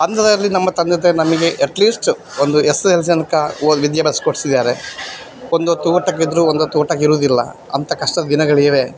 ಅಂಥದ್ರಲ್ಲಿ ನಮ್ಮ ತಂದೆ ತಾಯಿ ನಮಗೆ ಅಟ್ ಲೀಸ್ಟ್ ಒಂದು ಎಸ್ ಎಲ್ ಸಿ ತನಕ ಓದು ವಿದ್ಯಾಭ್ಯಾಸ ಕೊಡಿಸಿದ್ದಾರೆ ಒಂದು ಹೊತ್ತು ಊಟಕ್ಕೆ ಇದ್ದರೂ ಒಂದು ಹೊತ್ತು ಊಟಕ್ಕೆ ಇರೋದಿಲ್ಲ ಅಂತ ಕಷ್ಟದ ದಿನಗಳು ಇವೆ